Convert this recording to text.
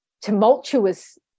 tumultuous